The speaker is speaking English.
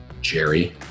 jerry